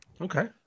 Okay